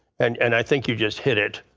and and i think you just hit it.